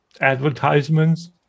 advertisements